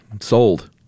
Sold